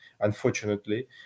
unfortunately